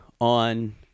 on